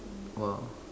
!wow!